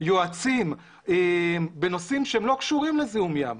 יועצים בנושאים שהם לא קשורים לזיהום ים,